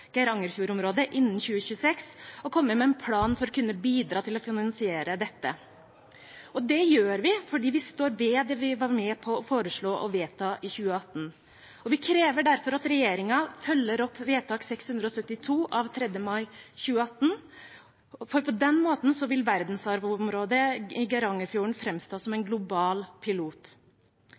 Geirangerfjordområdet innen 2026, og å komme med en plan for å kunne bidra til å finansiere dette. Det gjør vi fordi vi står ved det vi var med på å foreslå og vedta i 2018. Vi krever derfor at regjeringen følger opp vedtak 672 av 3. mai 2018, for på den måten vil verdensarvområdet i Geirangerfjorden framstå som en global pilot.